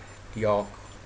your